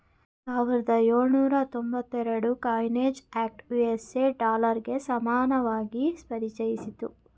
ಸಾವಿರದ ಎಳುನೂರ ತೊಂಬತ್ತ ಎರಡುರ ಕಾಯಿನೇಜ್ ಆಕ್ಟ್ ಯು.ಎಸ್.ಎ ಡಾಲರ್ಗೆ ಸಮಾನವಾಗಿ ಪರಿಚಯಿಸಿತ್ತು